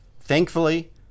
Thankfully